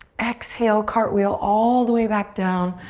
exhale, cartwheel all the way back down.